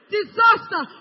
disaster